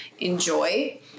enjoy